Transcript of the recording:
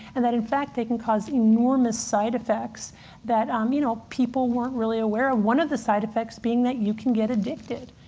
and that, in fact, they can cause enormous side effects that um you know people weren't really aware of one of the side effects being that you can get addicted.